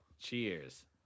Cheers